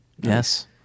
Yes